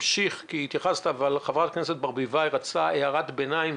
אבל חברת הכנסת ברביבאי רצתה הערת ביניים.